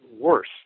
worse